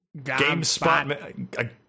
GameSpot